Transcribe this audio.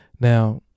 Now